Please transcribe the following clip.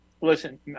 listen